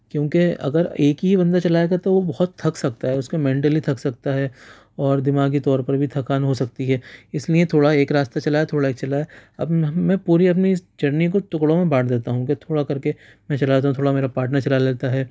کیونکہ اگر ایک ہی بندہ چلائے گا تو وہ بہت تھک سکتا ہے اس کو مینٹلی تھک سکتا ہے اور دماغی طور پر بھی تھکان ہو سکتی ہے اس لئے تھوڑا ایک راستے چلائے تھوڑا ایک چلائے میں پوری اپنی اس جرنی کو ٹکڑوں میں بانٹ دیتا ہوں کہ تھوڑا کر کے میں چلاتا ہوں تھوڑا میرا پاٹنر چلا لیتا ہے